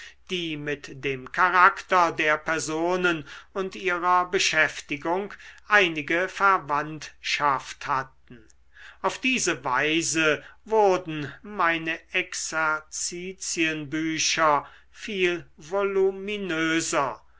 die mit dem charakter der personen und ihrer beschäftigung einige verwandtschaft hatten auf diese weise wurden meine exerzitienbücher viel voluminöser